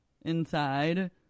inside